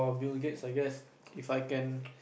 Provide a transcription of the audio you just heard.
Bill-Gates I guess If I can